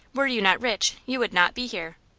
were you not rich you would not be here.